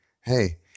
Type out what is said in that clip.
hey